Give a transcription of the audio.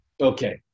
Okay